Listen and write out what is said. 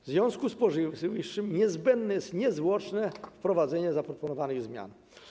W związku z powyższym niezbędne jest niezwłoczne wprowadzenie zaproponowanych zmian.